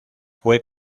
fue